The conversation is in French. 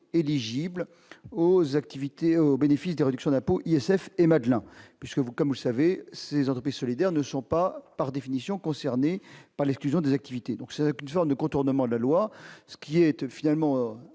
éligibles aux activités au bénéfice des réductions d'impôt ISF et Madelin puisque vous comme vous savez, ces autobus solidaire ne sont pas, par définition, concernés par l'exclusion des activités, donc c'est une forme de contournement de la loi, ce qui était finalement